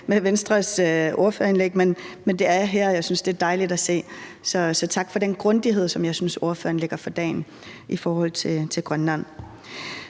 i Venstres ordførerindlæg, men det er jeg her, og jeg synes, det er dejligt at se. Så tak for den grundighed, som jeg synes ordføreren lægger for dagen i forhold til Grønland.